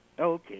Okay